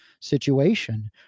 situation